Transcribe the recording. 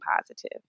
positive